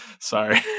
Sorry